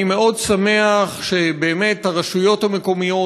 אני מאוד שמח שהרשויות המקומיות,